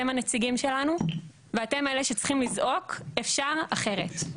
אתם הנציגים שלנו ואתם אלה שצריכים לזעוק: אפשר אחרת.